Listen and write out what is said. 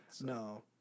no